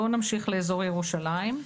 בואו נמשיך לאזור ירושלים.